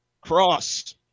Cross